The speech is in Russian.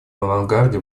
авангарде